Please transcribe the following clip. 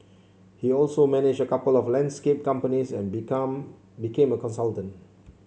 he also managed a couple of landscape companies and become became a consultant